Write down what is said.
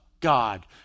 God